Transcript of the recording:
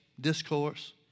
discourse